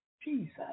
Jesus